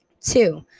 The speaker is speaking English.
Two